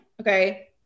okay